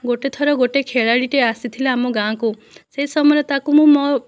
ଗୋଟିଏ ଥର ଗୋଟିଏ ଖେଳାଳୀ ଟିଏ ଆସିଥିଲା ଆମ ଗାଁକୁ ସେହି ସମୟ ରେ ତାକୁ ମୁଁ ମୋ